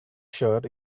shirt